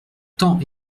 tend